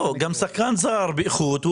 גם שחקן זר באיכות,